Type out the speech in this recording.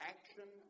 Action